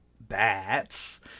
bats